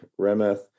Remeth